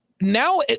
now